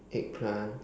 eggplant